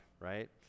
right